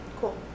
Cool